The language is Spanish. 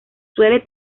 suele